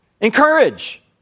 encourage